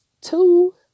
two